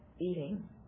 eating